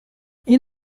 این